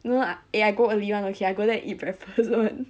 no ah eh I go early [one] okay I go there eat breakfast [one]